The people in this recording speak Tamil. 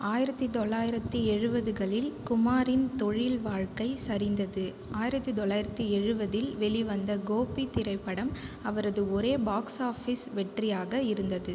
ஆயிரத்து தொள்ளாயிரத்தி எழுபதுகளில் குமாரின் தொழில் வாழ்க்கை சரிந்தது ஆயிரத்து தொள்ளாயிரத்தி எழுபதில் வெளிவந்த கோபி திரைப்படம் அவரது ஒரே பாக்ஸ் ஆஃபிஸ் வெற்றியாக இருந்தது